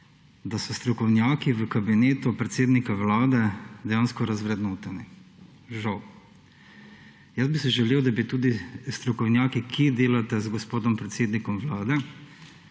da so strokovnjaki v Kabinetu predsednika Vlade dejansko razvrednoteni. Žal. Jaz bi si želel, da bi se tudi strokovnjaki, ki delate z gospodom predsednikom vlade,